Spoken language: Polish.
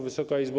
Wysoka Izbo!